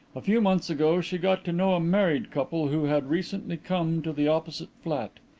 a few months ago she got to know a married couple who had recently come to the opposite flat.